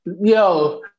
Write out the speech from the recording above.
Yo